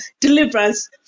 deliverance